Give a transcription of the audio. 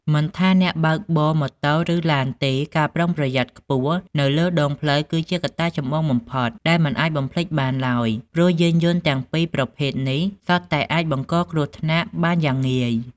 មិនថាអ្នកបើកម៉ូតូឬឡានទេ ការប្រុងប្រយ័ត្នខ្ពស់នៅលើដងផ្លូវគឺជាកត្តាចម្បងបំផុតដែលមិនអាចបំភ្លេចបានឡើយ ព្រោះយានយន្តទាំងពីរប្រភេទនេះសុទ្ធតែអាចបង្កគ្រោះថ្នាក់បានយ៉ាងងាយ។